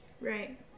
Right